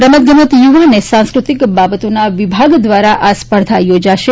રમતગમત યુવા અને સાંસ્ક્રતિક બાબતોના વિભાગ દ્વારા આ સ્પર્ધા યોજાશે